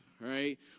right